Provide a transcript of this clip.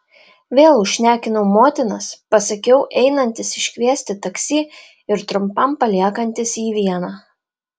vėl užšnekinau motinas pasakiau einantis iškviesti taksi ir trumpam paliekantis jį vieną